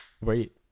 Wait